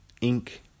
ink